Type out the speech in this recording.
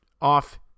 off